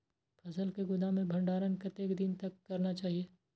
फसल के गोदाम में भंडारण कतेक दिन तक करना चाही?